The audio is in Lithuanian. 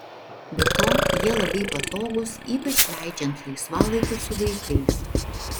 be to jie labai patogūs ypač leidžiant laisvalaikį su vaikais